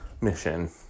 mission